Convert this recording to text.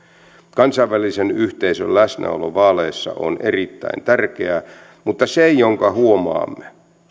kansainvälisen yhteisön läsnäolo vaaleissa on erittäin tärkeää mutta se minkä huomaamme